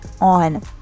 on